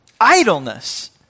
idleness